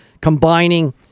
combining